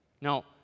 Now